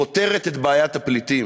פותרת את בעיית הפליטים